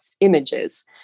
images